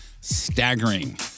staggering